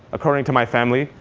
according to my family.